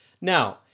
Now